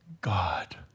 God